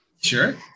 Sure